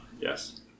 Yes